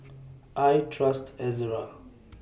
I Trust Ezerra